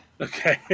Okay